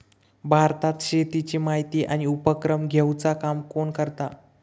भारतात शेतीची माहिती आणि उपक्रम घेवचा काम कोण करता?